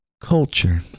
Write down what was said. culture